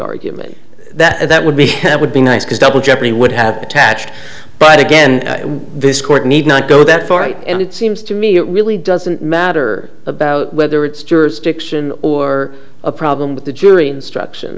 argument that that would be would be nice because double jeopardy would have attached but again this court need not go that far right and it seems to me it really doesn't matter about whether it's jurisdiction or a problem with the jury instruction